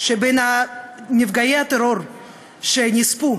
ובין נפגעי הטרור שנספו,